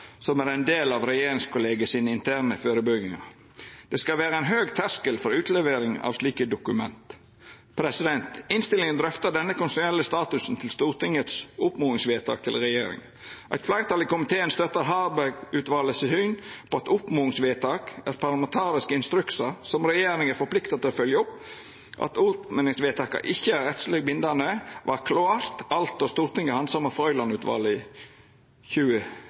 som inneheld drøftingar som er ein del av regjeringskollegiet sine interne førebuingar. Det skal vera ein høg terskel for utlevering av slike dokument. Innstillinga drøftar denne konstitusjonelle statusen til Stortingets oppmodingsvedtak til regjeringa. Eit fleirtal i komiteen støttar Harberg-utvalet sitt syn på at oppmodingsvedtak er parlamentariske instruksar som regjeringa er forplikta til å følgja opp, og at oppmodingsvedtaka ikkje er rettsleg bindande vart klart alt då Stortinget handsama Frøiland-utvalet i